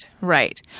right